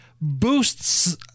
boosts